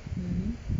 mmhmm